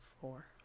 Four